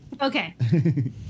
Okay